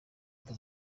leta